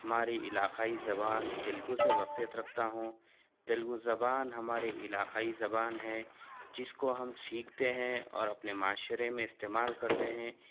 ہمارے علاقائی زبان تیلگو سے واقفیت رکھتا ہوں تیلگو زبان ہمارے علاقائی زبان ہے جس کو ہم سیکھتے ہیں اور اپنے معاشرے میں استعمال کرتے ہیں